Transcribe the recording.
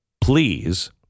please